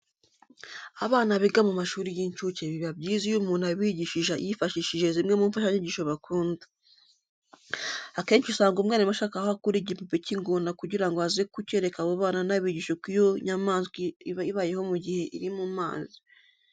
Abana biga mu mashuri y'incuke biba byiza iyo umuntu abigishije yifashishije zimwe mu mfashanyigisho bakunda. Akenshi usanga umwarimu ashaka aho akura igipupe cy'ingona kugira ngo aze kucyereka abo bana anabigisha uko iyo nyamaswa iba ibayeho mu gihe iri mu mazi.